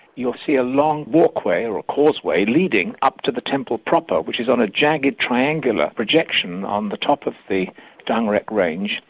you'll see a long walkway, or a causeway, leading up to the temple proper which is on a jagged triangular projection on the top of the dangrek range,